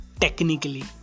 technically